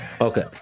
Okay